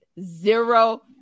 zero